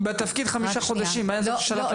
היא בתפקיד חמישה חודשים, איך שלחת לה בנובמבר?